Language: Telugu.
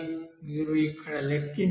మీరు ఇక్కడ లెక్కించాలి